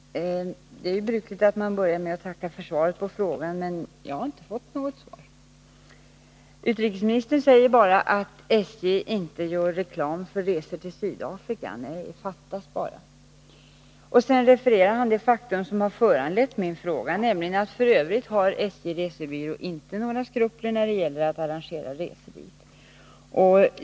Herr talman! Det är ju brukligt att man börjar med att tacka för svaret på frågan, men jag har inte fått något svar. Utrikesministern säger bara att SJ inte gör reklam för resor till Sydafrika. Nej det fattas bara! Sedan refererar han det faktum som föranlett min fråga, nämligen att SJ:s resebyrå f. ö. inte har några skrupler när det gäller att arrangera resor dit.